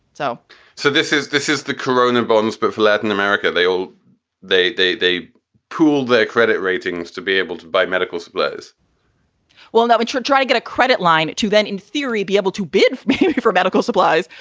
so so this is this is the corona bonds. but for latin america, they all they they they pooled their credit ratings to be able to buy medical supplies well, that would try try to get a credit line to then in theory, be able to bid for medical supplies,